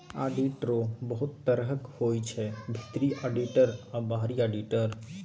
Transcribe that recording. आडिटरो बहुत तरहक होइ छै भीतरी आडिटर आ बाहरी आडिटर